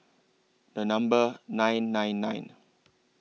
The Number nine nine nine